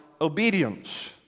obedience